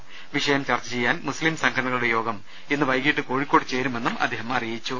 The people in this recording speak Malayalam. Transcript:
്വിഷയം ചർച്ച ചെയ്യാൻ മുസ്ലിം സംഘടനകളുടെ യോഗം ഇന്ന് വൈകീട്ട് കോഴിക്കോട്ട് ചേരുമെന്നും അദ്ദേഹം പറഞ്ഞു